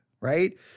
right